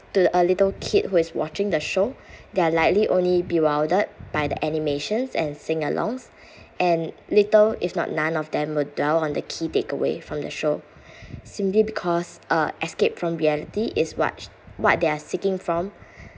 to a little kid who is watching the show they're likely only bewildered by the animations and sing alongs and little if not none of them will dwell on the key takeaway from the show simply because uh escape from reality is what what they are seeking from